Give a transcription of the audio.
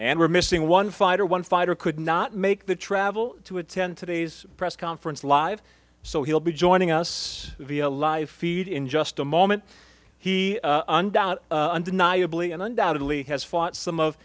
and we're missing one fighter one fighter could not make the travel to attend today's press conference live so he'll be joining us via live feed in just a moment he undeniably and undoubtedly has fought some of